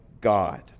God